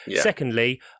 Secondly